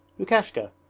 lukashka,